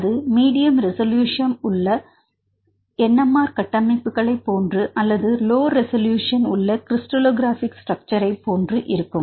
அது medium resolution உள்ள NMR கட்டமைப்புகளைப் போன்று அல்லது லோ ரெசல்யூஷன் உள்ள கிரிஸ்டல்லோகிராஃபிக ஸ்ட்ரக்சர் போன்று இருக்கும்